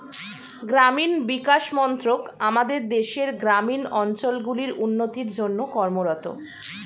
গ্রামীণ বিকাশ মন্ত্রক আমাদের দেশের গ্রামীণ অঞ্চলগুলির উন্নতির জন্যে কর্মরত